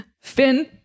Finn